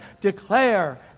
declare